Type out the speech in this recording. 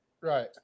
Right